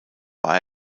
war